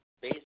based